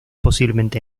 posiblemente